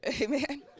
Amen